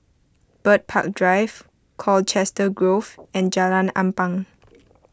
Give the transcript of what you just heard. Bird Park Drive Colchester Grove and Jalan Ampang